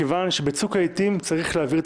מכיוון שבצוק העתים צריך להעביר את